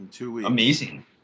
amazing